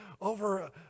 over